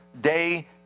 day